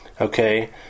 Okay